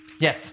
Yes